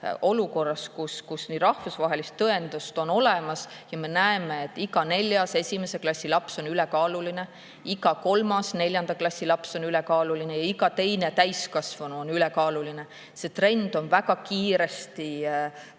kus rahvusvaheline tõendus on olemas ja me näeme, et iga neljas esimese klassi laps on ülekaaluline, iga kolmas neljanda klassi laps on ülekaaluline ja iga teine täiskasvanu on ülekaaluline … See trend on väga kiiresti negatiivses